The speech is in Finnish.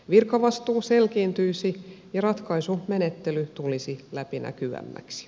virkavastuu selkiintyisi ja ratkai sumenettely tulisi läpinäkyvämmäksi